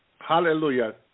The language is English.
Hallelujah